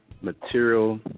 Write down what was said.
material